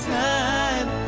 time